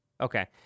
Okay